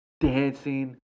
dancing